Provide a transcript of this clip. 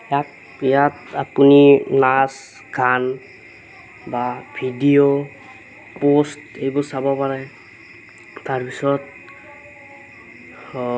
তাত ইয়াত আপুনি নাচ গান বা ভিডিঅ' প'ষ্ট এইবোৰ চাব পাৰে তাৰপিছত